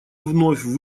вновь